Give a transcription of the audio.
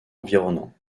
environnants